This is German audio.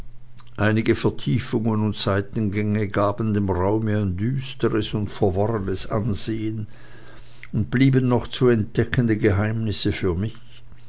einige vertiefungen und seitengänge gaben dem raume ein düsteres und verworrenes ansehen und blieben noch zu entdeckende geheimnisse für mich